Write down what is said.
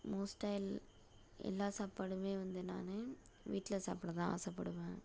மோஸ்ட்டாக எல் எல்லா சாப்பாடுமே வந்து நான் வீட்டில சாப்பிட தான் ஆசைப்படுவேன்